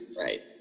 Right